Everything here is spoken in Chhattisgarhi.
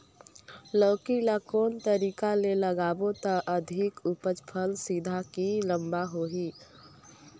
लौकी ल कौन तरीका ले लगाबो त अधिक उपज फल सीधा की लम्बा होही?